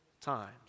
times